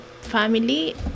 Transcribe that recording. family